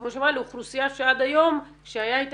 כמו שהיא אמרה,